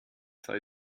sei